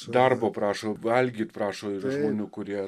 darbo prašo valgyt prašo yra žmonių kurie